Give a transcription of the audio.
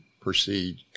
proceed